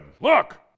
Look